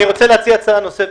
אני רוצה להציע הצעה נוספת,